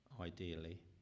Ideally